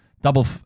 double